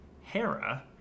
Hera